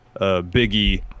Biggie